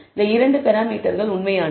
இந்த இரண்டு பராமீட்டர்கள் உண்மையானவை